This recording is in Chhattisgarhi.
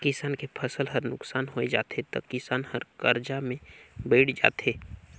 किसान के फसल हर नुकसान होय जाथे त किसान हर करजा में बइड़ जाथे